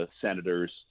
senators